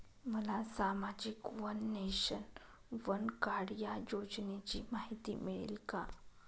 मला सामाजिक one nation, one card या योजनेची माहिती मिळेल का?